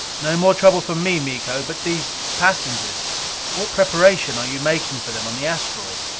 no more trouble from me, miko. but these passengers what preparation are you making for them on the asteroid?